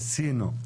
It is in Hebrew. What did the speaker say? ניסינו,